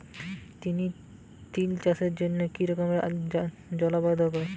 তিল চাষের জন্য কি রকম জলবায়ু দরকার?